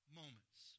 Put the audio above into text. moments